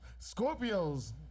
Scorpios